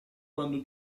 quando